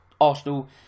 Arsenal